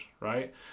right